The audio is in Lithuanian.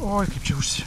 oi kaip čia užsi